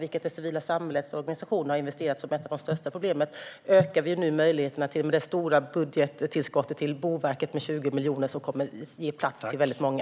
Detta har det civila samhällets organisation lyft fram som ett av de största problemen, men nu ökar vi möjligheterna genom det stora budgettillskottet på 20 miljoner till Boverket. Det kommer att ge plats till många.